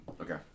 Okay